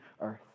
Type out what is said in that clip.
earth